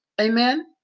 amen